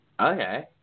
Okay